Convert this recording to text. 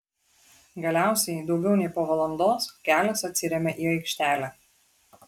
galiausiai daugiau nei po valandos kelias atsiremia į aikštelę